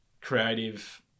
creative